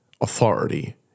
authority